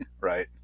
right